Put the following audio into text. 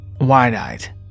wide-eyed